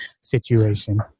situation